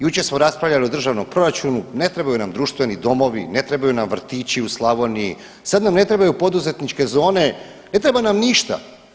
Jučer smo raspravljali o državnom proračunu, ne trebaju nam društveni domovi, ne trebaju nam vrtići u Slavoniji, sad nam ne trebaju poduzetničke zone, ne treba nam ništa.